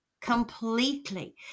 completely